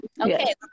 Okay